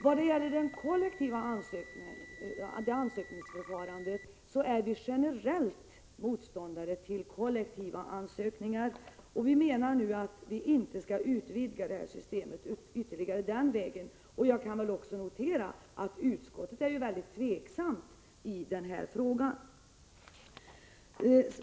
Vad gäller det kollektiva ansökningsförfarandet är vi generellt motståndare till kollektiva ansökningar. Vi menar att man inte skall utvidga det systemet ytterligare. Jag kan också notera, att utskottets majoritet är väldigt tveksam i denna frågan.